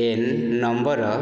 N number